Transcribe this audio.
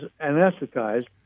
anesthetized